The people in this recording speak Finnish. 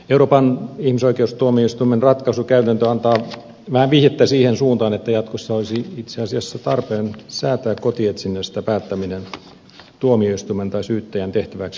euroopan ihmisoikeustuomioistuimen ratkaisukäytäntö antaa vähän vihjettä siihen suuntaan että jatkossa olisi itse asiassa tarpeen säätää kotietsinnästä päättäminen tuomioistuimen tai syyttäjän tehtäväksi